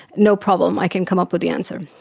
no problem, i can come up with the answer.